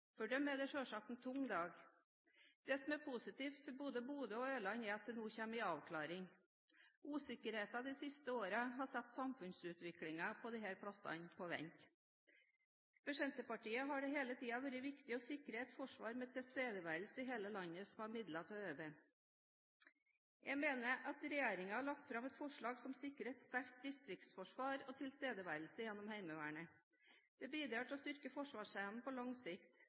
For dem er det selvsagt en tung dag. Det som er positivt for både Bodø og Ørland, er at det nå kommer en avklaring. Usikkerheten de siste årene har satt samfunnsutviklingen på disse plassene på vent. For Senterpartiet har det hele tiden vært viktig å sikre et forsvar med tilstedeværelse i hele landet og med midler til å øve. Jeg mener regjeringen har lagt fram et forslag som sikrer et sterkt distriktsforsvar og tilstedeværelse gjennom Heimevernet. Det bidrar til å styrke forsvarsevnen på lang sikt.